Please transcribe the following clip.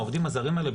העובדים הזרים האלה,